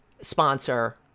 sponsor